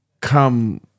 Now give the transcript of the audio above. come